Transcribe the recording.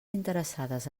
interessades